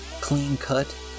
clean-cut